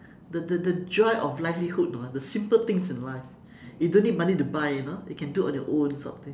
the the the joy of livelihood you know the simple things in life you don't need money to buy you know you can do on your own sort of thing